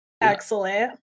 Excellent